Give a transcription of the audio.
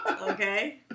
Okay